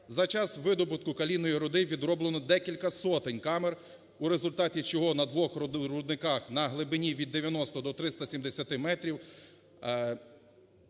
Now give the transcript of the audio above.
За час видобутку калійної руди відроблено декілька сотен камер, у результаті чого на двох рудниках на глибині від 90 до 370 метрів